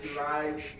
right